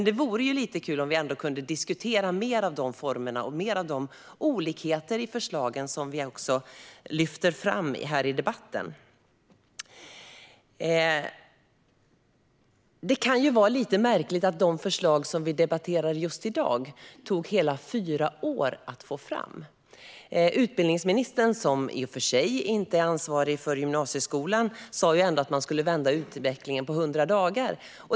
Det vore lite kul om vi ändå kunde diskutera mer av de formerna och de olikheter i förslagen som vi lyfter fram i debatten. Det kan vara lite märkligt att de förslag som vi debatterar just i dag tog hela fyra år att få fram. Utbildningsministern, som i och för sig inte är ansvarig för gymnasieskolan, sa ändå att man skulle vända utvecklingen på 100 dagar.